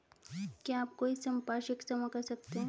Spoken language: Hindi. क्या आप कोई संपार्श्विक जमा कर सकते हैं?